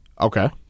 Okay